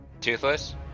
Toothless